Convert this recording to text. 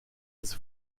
his